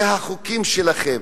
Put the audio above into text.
זה החוקים שלכם,